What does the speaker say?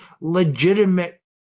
legitimate